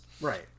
Right